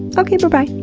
okay. berbye.